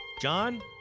John